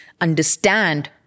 understand